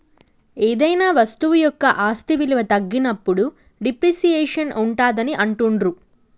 ఏదైనా వస్తువు యొక్క ఆస్తి విలువ తగ్గినప్పుడు డిప్రిసియేషన్ ఉంటాదని అంటుండ్రు